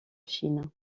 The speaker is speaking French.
chine